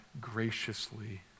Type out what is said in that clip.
graciously